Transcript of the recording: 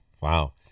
Wow